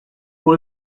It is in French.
pour